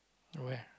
nowhere